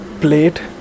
Plate